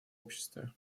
обществе